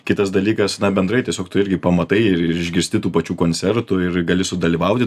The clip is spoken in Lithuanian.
kitas dalykas na bendrai tiesiog tu irgi pamatai ir išgirsti tų pačių koncertų ir gali sudalyvauti